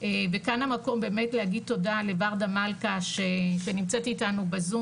וכאן המקום באמת להגיד תודה ל-ורדה מלכה שנמצאת איתנו בזום